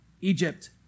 Egypt